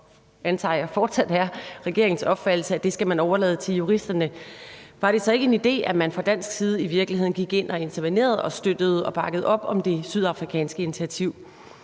og, antager jeg, fortsat er regeringens opfattelse, at det skal man overlade til juristerne, var det så ikke en idé, at man fra dansk side i virkeligheden gik ind og intervenerede og støttede og bakkede op om det sydafrikanske initiativ?